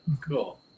Cool